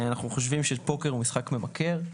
אנחנו חושבים שפוקר הוא משחק ממכר,